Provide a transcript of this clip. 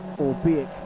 albeit